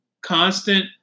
constant